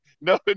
no